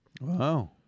Wow